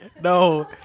No